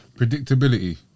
Predictability